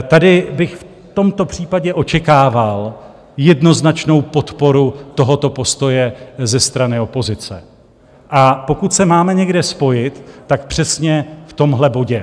Tady bych v tomto případě očekával jednoznačnou podporu tohoto postoje ze strany opozice, a pokud se máme někde spojit, tak přesně v tomhle bodě.